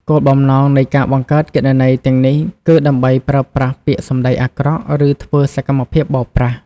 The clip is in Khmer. គោលបំណងនៃការបង្កើតគណនីទាំងនេះគឺដើម្បីប្រើប្រាស់ពាក្យសំដីអាក្រក់ ឬធ្វើសកម្មភាពបោកប្រាស់។